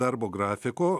darbo grafiko